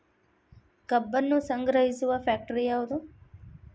ಕಬ್ಬನ್ನು ಸಂಗ್ರಹಿಸುವ ಫ್ಯಾಕ್ಟರಿ ಯಾವದು?